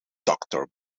doctor